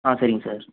ஆ சரிங்க சார்